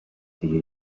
دیگه